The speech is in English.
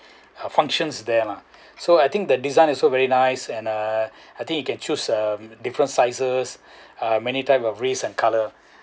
uh functions there lah so I think the design also very nice and uh I think you can choose uh different sizes uh many type of wrist and colour